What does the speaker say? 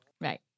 Right